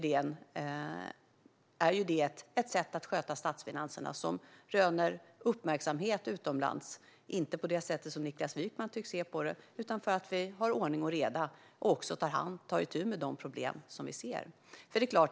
Det är ett sätt att sköta statsfinanserna som röner uppmärksamhet utomlands, men inte på det sätt som Niklas Wykman tycks se på det. Det handlar i stället om att vi har ordning och reda och tar itu med de problem som vi ser.